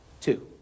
two